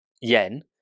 yen